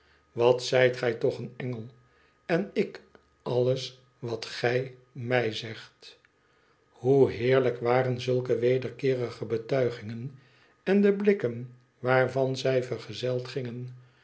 wat zijt gij toch een engel en ik alles wat gij mij zegt hoe heerlijk waren zulke wederkeerige betuigingen en de blikken waarvan zij vergezeld gingen